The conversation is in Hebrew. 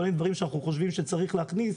כל מיני דברים שאנחנו חושבים שצריך להכניס,